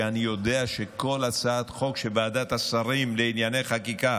שאני יודע שכל הצעת חוק שוועדת השרים לענייני חקיקה